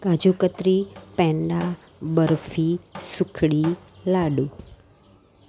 કાજુ katli peda barfi sukhdi લાડુ